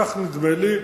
כך נדמה לי.